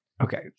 Okay